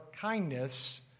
kindness